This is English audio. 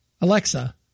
Alexa